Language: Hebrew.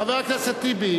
חבר הכנסת טיבי,